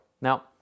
Now